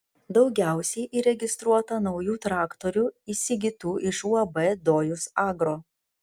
daugiausiai įregistruota naujų traktorių įsigytų iš uab dojus agro